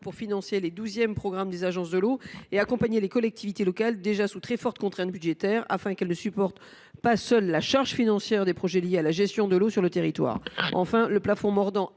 pour financer le douzième programme des agences de l’eau et accompagner les collectivités locales, déjà sous très forte contrainte budgétaire, afin qu’elles ne supportent pas seules la charge financière des projets liés à la gestion de l’eau sur le territoire. En outre, le plafond mordant